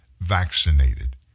vaccinated